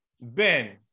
Ben